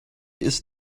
ist